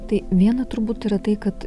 tai viena turbūt yra tai kad